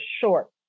short